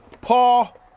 Paul